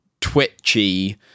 twitchy